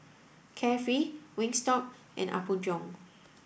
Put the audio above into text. Carefree Wingstop and Apgujeong